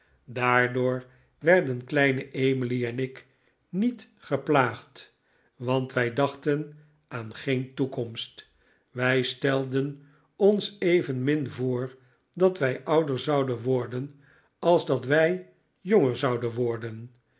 daardoor werden kleine emily en ik niet geplaagd want wij dachten aan geen toekomst wij stelden ons evenmin voor dat wij ouder zouden worden als dat wij jonger zouden worden